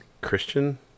christian